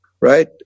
right